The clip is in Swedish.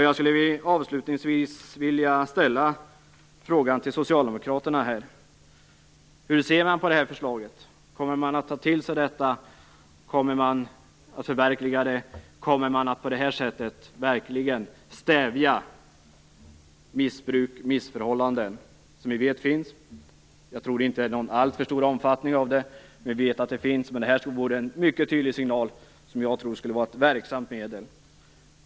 Jag skulle avslutningsvis vilja ställa frågan till socialdemokraterna om hur man ser på förslaget. Kommer man att ta till sig detta, förverkliga det och på det sättet verkligen stävja missbruk och missförhållanden som vi vet finns? Jag tror inte att omfattningen av missbruket är alltför omfattande, men vi vet att det finns. Därför vore det en mycket tydlig signal som jag tror skulle vara ett verksamt medel.